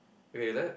okay let